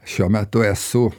šiuo metu esu